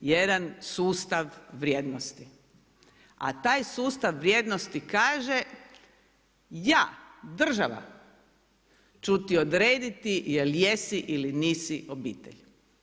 Jedan sustav vrijednosti, a taj sustav vrijednosti kaže, ja država ću ti odrediti jel jesi ili nisu obitelj.